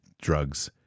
drugs